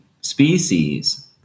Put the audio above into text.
species